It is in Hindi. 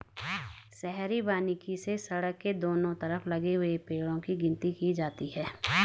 शहरी वानिकी से सड़क के दोनों तरफ लगे हुए पेड़ो की गिनती की जाती है